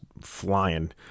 flying